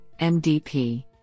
MDP